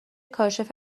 کاشف